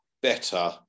better